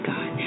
God